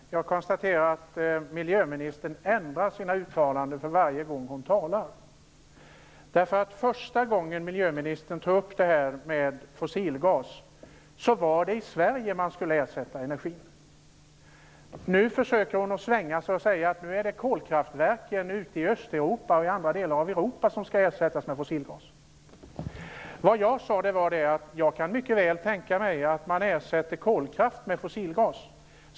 Herr talman! Jag konstaterar att miljöministern ändrar sina uttalanden för varje gång hon talar. Första gången miljöministern tog upp fossilgasen var det i Sverige den skulle användas som ersättning. Nu försöker hon svänga sig och säger att det är kolkraftverken ute i Östeuropa och i andra delar av Europa som skall ersättas med fossilgas. Det jag sade var att jag mycket väl kan tänka mig att man ersätter kolkraft med fossilgas.